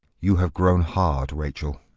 you have grown hard, rachel.